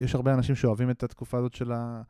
יש הרבה אנשים שאוהבים את התקופה הזאת של ה...